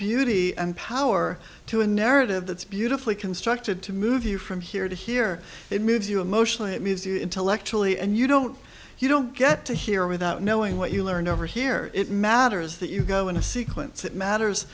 beauty and power to a narrative that's beautifully constructed to move you from here to here it moves you emotionally intellectually and you don't you don't get to hear without knowing what you learned over here it matters that you go in a sequence that matters